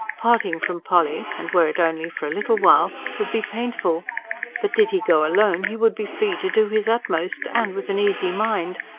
parting from polly, and were it only for a little while, would be painful but, did he go alone, he would be free to do his utmost and with an easy mind,